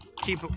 keep